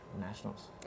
Nationals